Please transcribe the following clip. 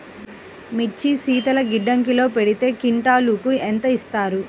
మిర్చి శీతల గిడ్డంగిలో పెడితే క్వింటాలుకు ఎంత ఇస్తారు?